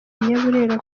abanyaburera